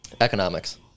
Economics